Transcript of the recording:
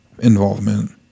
Involvement